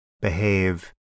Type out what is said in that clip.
behave